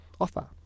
offer